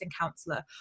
counselor